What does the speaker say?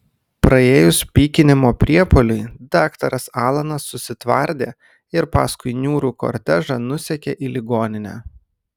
praėjus pykinimo priepuoliui daktaras alanas susitvardė ir paskui niūrų kortežą nusekė į ligoninę